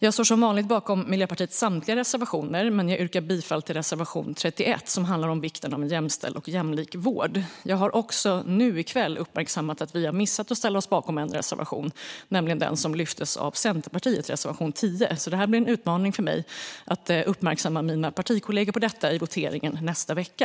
Jag står som vanligt bakom Miljöpartiets samtliga reservationer, men jag yrkar bifall endast till reservation 31, som handlar om vikten av en jämställd och jämlik vård. Jag har också nu i kväll uppmärksammat att vi har missat att ställa oss bakom reservation 10, som lyftes fram av Centerpartiet. Det blir en utmaning för mig att uppmärksamma mina partikollegor på detta vid voteringen nästa vecka.